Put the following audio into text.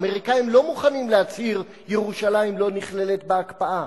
האמריקנים לא מוכנים להצהיר: ירושלים לא נכללת בהקפאה.